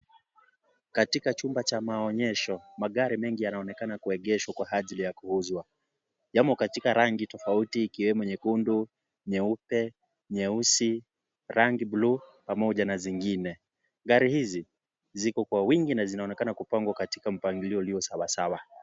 Katika chumba cha maonyesho, magari mengi yanaonekana kuegeshwa kwa ajili ya kuuzwa, yamo katika rangi tofauti ikiwemo nyekundu, nyeupe, nyeusi, rangi bulu pamoja na zingine. Gari hizi ziko kwa wingi na zinaonekana kupangwa katika mpangilio ulio sawasawa.